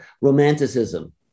romanticism